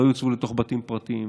שלא יוצבו לתוך בתים פרטיים.